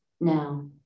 now